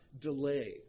delay